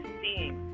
seeing